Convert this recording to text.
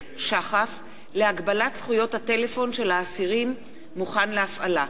"שחף" להגבלת זכויות הטלפון של האסירים מוכן להפעלה,